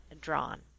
drawn